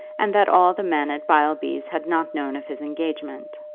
and that all the men at beilby's had not known of his engagement.